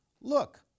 Look